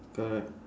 correct